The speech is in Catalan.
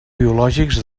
biològics